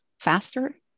Faster